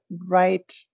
right